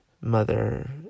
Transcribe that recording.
mother